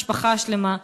משפחה שלמה,